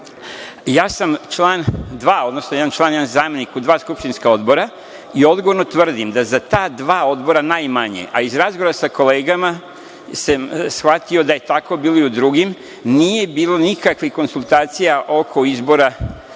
sam član dva, odnosno jedan član, jedan zamenik u dva skupštinska odbora i odgovorno tvrdim da za ta dva odbora najmanje, a iz razgovora sa kolegama sam shvatio da je tako bilo i u drugim, nije bilo nikakvih konsultacija oko izbora